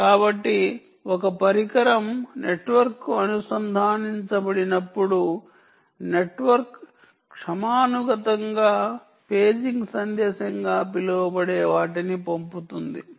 కాబట్టి ఒక పరికరం నెట్వర్క్కు అనుసంధానించబడినప్పుడు నెట్వర్క్ క్రమానుగతంగా పేజింగ్ సందేశంగా పిలువబడే వాటిని పంపుతుంది